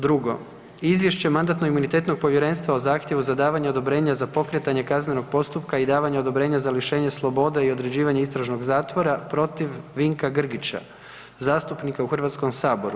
Drugo, Izvješće Mandatno-imunitetnog povjerenstva o zahtjevu za davanje odobrenja za pokretanje kaznenog postupka i davanje odobrenja za lišenje slobode i određivanje istražnog zatvora protiv Vinka Grgića zastupnika u HS-u.